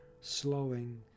slowing